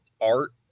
art